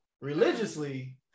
religiously